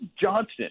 Johnson